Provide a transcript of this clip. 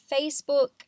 Facebook